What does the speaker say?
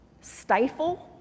stifle